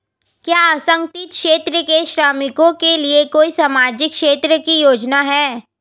क्या असंगठित क्षेत्र के श्रमिकों के लिए कोई सामाजिक क्षेत्र की योजना है?